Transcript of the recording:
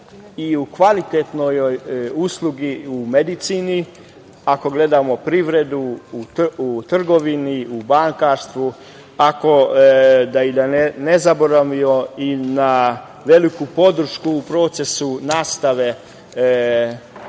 i u kvalitetnoj usluzi u medicini. Ako gledamo privredu, u trgovini, u bankarstvu, da ne zaboravimo i na veliku podršku u procesu nastave učenika